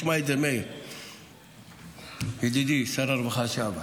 תשמע את זה, מאיר ידידי, שר הרווחה לשעבר.